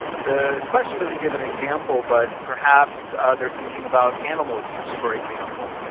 the question doesn't give an example, but perhaps they're thinking about animal abuse for example.